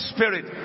Spirit